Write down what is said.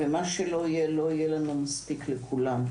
ומה שלא יהיה, לא יהיה לנו מספיק לכולם.